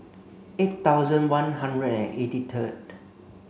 eight thousand one hundred and eighty thrid